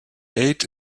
ate